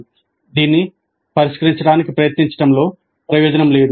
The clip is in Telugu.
'దీన్ని పరిష్కరించడానికి ప్రయత్నించడంలో ప్రయోజనం లేదు